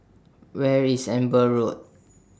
Where IS Amber Road